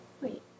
Wait